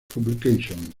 publications